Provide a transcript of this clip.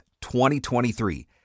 2023